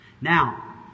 now